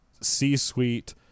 c-suite